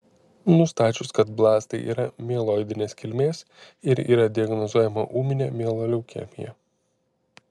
nustačius kad blastai yra mieloidinės kilmės ir yra diagnozuojama ūminė mieloleukemija